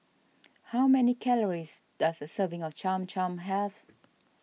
how many calories does a serving of Cham Cham have